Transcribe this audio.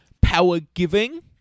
power-giving